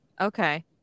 Okay